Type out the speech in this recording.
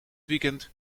weekend